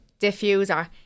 Diffuser